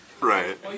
Right